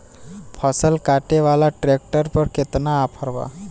फसल काटे वाला ट्रैक्टर पर केतना ऑफर बा?